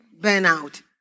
burnout